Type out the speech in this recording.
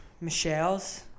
Michelle's